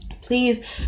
please